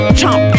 chomp